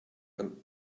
and